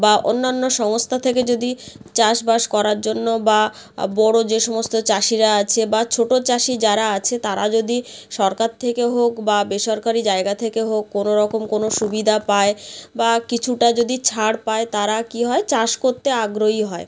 বা অন্যান্য সংস্থা থেকে যদি চাষবাস করার জন্য বা বড় যে সমস্ত চাষিরা আছে বা ছোটো চাষি যারা আছে তারা যদি সরকার থেকে হোক বা বেসরকারি জায়গা থেকে হোক কোনো রকম কোনো সুবিধা পায় বা কিছুটা যদি ছাড় পায় তারা কী হয় চাষ করতে আগ্রহী হয়